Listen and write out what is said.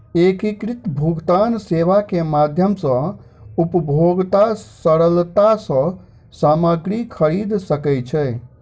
एकीकृत भुगतान सेवा के माध्यम सॅ उपभोगता सरलता सॅ सामग्री खरीद सकै छै